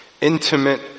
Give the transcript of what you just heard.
intimate